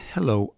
Hello